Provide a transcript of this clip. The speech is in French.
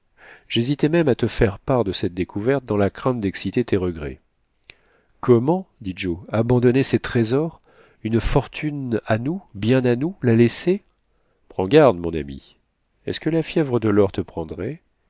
j'hésitais même à te faire part de cette découverte dans la crainte d'exciter tes regrets comment dit joe abandonner ces trésors une fortune à nous bien à nous la laisser prends garde mon ami est-ce que la fièvre de l'or te prendrait